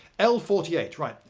l forty eight, right.